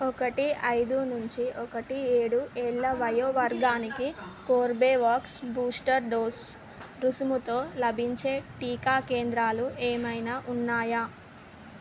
ఒకటి ఐదు నుంచి ఒకటి ఏడు ఏళ్ళ వయో వర్గానికి కోర్బేవాక్స్ బూస్టర్ డోస్ రుసుముతో లభించే టీకా కేంద్రాలు ఏమైనా ఉన్నాయా